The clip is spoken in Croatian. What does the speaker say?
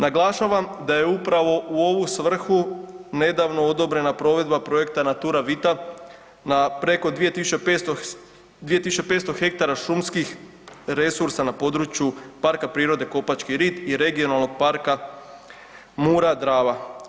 Naglašavam da je upravo u ovu svrhu nedavno odobrena provedba projekta NATURA VITA na preko 2500 hektara šumskih resursa na području Parka prirode Kopački rit i regionalnog parka Mura – Drava.